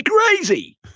crazy